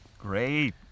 Great